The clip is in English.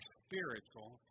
spiritual